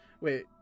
Wait